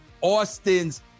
Austin's